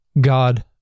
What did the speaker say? God